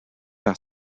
par